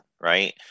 right